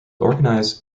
organize